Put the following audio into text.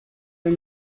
are